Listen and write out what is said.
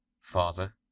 Father